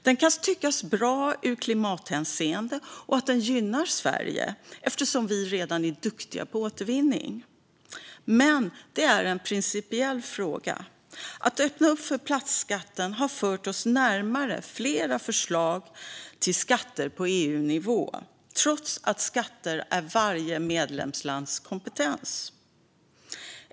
Den kan tyckas bra ur klimathänseende och tyckas gynna Sverige eftersom vi redan är duktiga på återvinning. Men detta är en principiell fråga. Att öppna för plastskatten har fört oss närmare fler förslag till skatter på EU-nivå, trots att skatter är varje medlemslands kompetens.